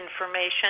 information